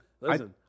Listen